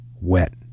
wet